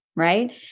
right